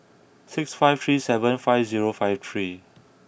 six five three seven five zero five three